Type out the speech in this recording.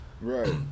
Right